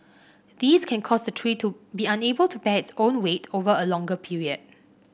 these can cause the tree to be unable to bear its own weight over a longer period